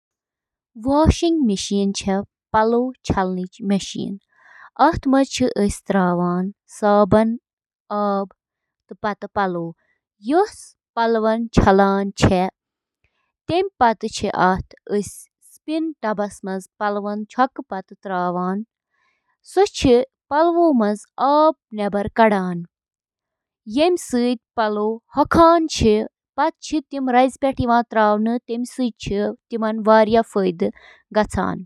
Washing machine چھِ washer کہِ ناوٕ سۭتۍ تہِ زاننہٕ یِوان سۄ مِشیٖن یۄس گنٛدٕ پَلو چھِ واتناوان۔ اَتھ منٛز چھِ اکھ بیرل یَتھ منٛز پلو چھِ تھاونہٕ یِوان۔